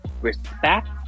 respect